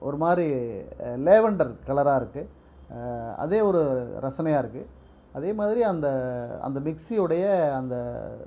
ஒரு மாதிரி லேவெண்டர் கலராக இருக்குது அதே ஒரு ரசனையாக இருக்குது அதே மாதிரி அந்த அந்த மிக்ஸி உடையை அந்த